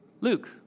Luke